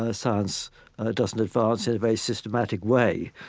ah science doesn't advance in a very systematic way.